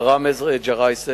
מר ראמז ג'ראיסי.